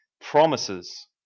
promises